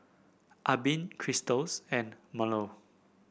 Albin Krystals and